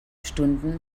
stunden